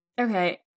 Okay